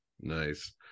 nice